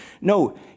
No